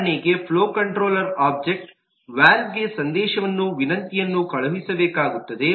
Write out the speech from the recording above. ಉದಾಹರಣೆಗೆ flow controller objects ವಾಲ್ವ್ಗೆ ಸಂದೇಶ ವಿನಂತಿಯನ್ನು ಕಳುಹಿಸಬೇಕಾಗುತ್ತದೆ